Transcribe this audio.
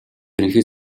ерөнхий